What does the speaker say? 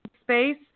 space